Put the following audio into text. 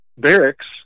barracks